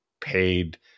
paid